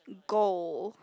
goal